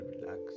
relax